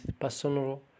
personal